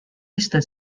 listed